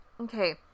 okay